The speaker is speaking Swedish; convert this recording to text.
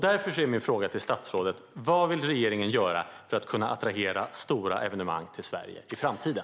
Därför är min fråga till statsrådet: Vad vill regeringen göra för att attrahera stora evenemang till Sverige i framtiden?